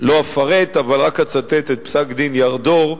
לא אפרט, אבל רק אצטט את פסק-דין ירדור,